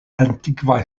antikvaj